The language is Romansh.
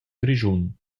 grischun